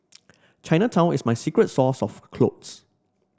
Chinatown is my secret source of clothes